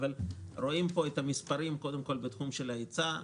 רואים פה את המספרים קודם כול בתחום ההיצע.